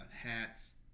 hats